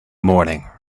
morning